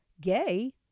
gay